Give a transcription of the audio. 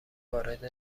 وارد